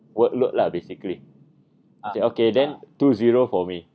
work load lah basically he said okay then two zero for me